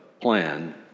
plan